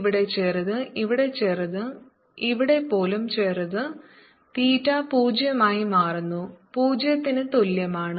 ഇവിടെ ചെറുത് ഇവിടെ ചെറുത് ഇവിടെ പോലും ചെറുത് തീറ്റ പൂജ്യമായി മാറുന്നു പൂജ്യത്തിന് തുല്യമാണ്